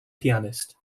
pianist